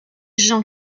gens